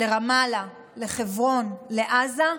לרמאללה, לחברון, לעזה,